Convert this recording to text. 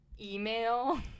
email